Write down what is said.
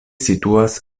situas